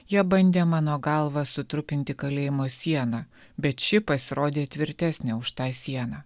jie bandė mano galva sutrupinti kalėjimo sieną bet ši pasirodė tvirtesnė už tą sieną